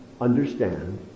understand